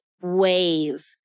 wave